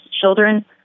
Children